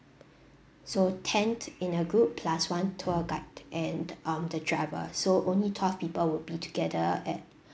so ten in a group plus one tour guide and um the driver so only twelve people would be together at